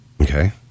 Okay